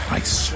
ice